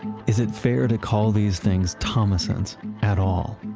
is it fair to call these things thomassons at all?